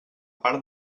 part